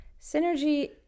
synergy